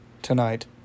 Tonight